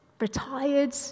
retired